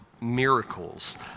miracles